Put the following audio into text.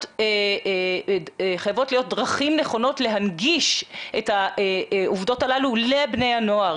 להיות דרכים נכונות להנגיש את העובדות הללו לבני הנוער.